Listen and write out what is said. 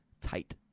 Tight